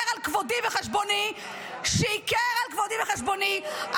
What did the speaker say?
ששיקר על כבודי וחשבוני,